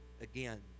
again